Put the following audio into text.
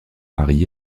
mari